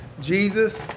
Jesus